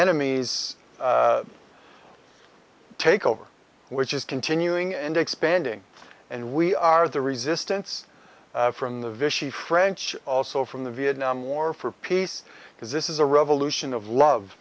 enemy's takeover which is continuing and expanding and we are the resistance from the vishy french also from the vietnam war for peace because this is a revolution of love